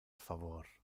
favor